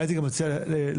הייתי גם מציע להצביע,